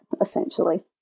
Essentially